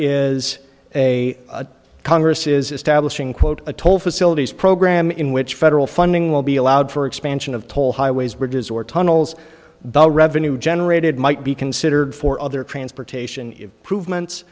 a congress is establishing quote a toll facilities program in which federal funding will be allowed for expansion of toll highways bridges or tunnels but the revenue generated might be considered for other transportation prove months